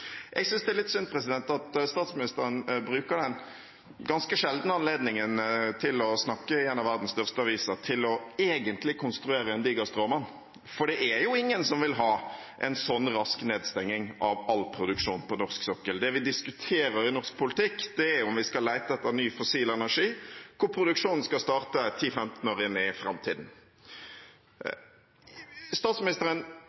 Jeg synes det er litt synd at statsministeren bruker den ganske sjeldne anledningen til å snakke i en av verdens største aviser til egentlig å konstruere en diger stråmann, for det er jo ingen som vil ha en sånn rask nedstengning av all produksjon på norsk sokkel. Det vi diskuterer i norsk politikk, er om vi skal lete etter ny fossil energi, hvor produksjonen skal starte 10–15 år inn i framtiden.